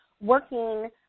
working